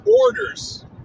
orders